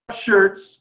shirts